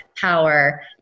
power